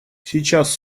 сейчас